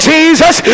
Jesus